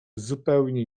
zupełnie